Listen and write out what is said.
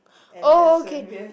oh okay